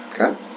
Okay